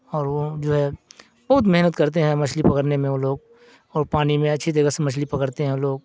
اور وہ جو ہے بہت محنت کرتے ہیں مچھلی پکڑنے میں وہ لوگ اور پانی میں اچھی طریقے سے مچھلی پکڑتے ہیں وہ لوگ